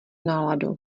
náladu